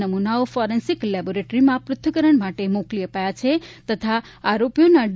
નમૂનાઓ ફોરેન્સીક લેબોરેટરીમાં પૃથ્થકરણ માટે મોકલી અપાયા છે તથા આરોપીઓના ડી